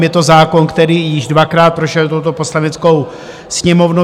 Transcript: Je to zákon, který již dvakrát prošel touto Poslaneckou sněmovnou.